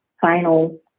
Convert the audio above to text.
final